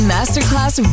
Masterclass